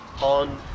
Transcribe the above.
on